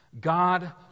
God